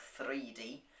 3D